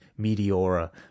Meteora